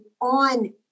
on